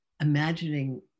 imagining